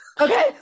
okay